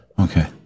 Okay